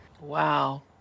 Wow